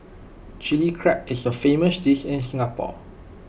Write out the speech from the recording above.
Chilli Crab is A famous dish in Singapore